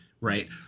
right